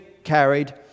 carried